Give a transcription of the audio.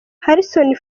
harrison